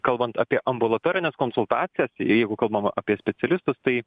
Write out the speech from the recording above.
kalbant apie ambulatorines konsultacijas jeigu kalbama apie specialistus tai